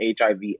HIV